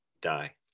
die